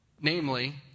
Namely